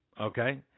okay